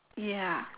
ya